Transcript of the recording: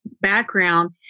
background